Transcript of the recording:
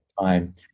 time